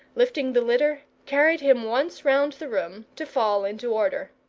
lifting the litter, carried him once round the room, to fall into order.